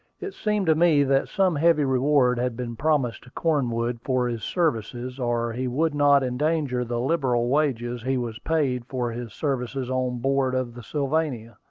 it seemed to me that some heavy reward had been promised to cornwood for his services, or he would not endanger the liberal wages he was paid for his services on board of the sylvania.